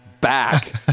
back